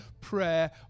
prayer